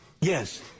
Yes